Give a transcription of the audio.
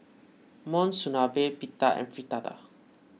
Monsunabe Pita and Fritada